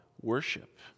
worship